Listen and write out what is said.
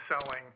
selling